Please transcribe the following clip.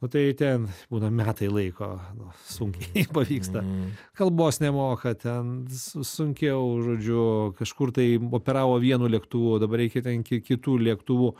nu tai ten būna metai laiko nu sunkiai pavyksta kalbos nemoka ten su sunkiau žodžiu kažkur tai operavo vienu lėktuvu dabar reikia ten ki kitų lėktuvų